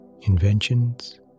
inventions